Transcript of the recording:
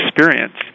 experience